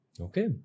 Okay